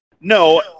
No